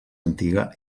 antiga